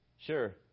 Sure